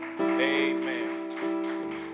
Amen